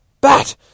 bat